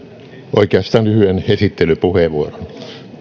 oikeastaan lyhyen esittelypuheenvuoron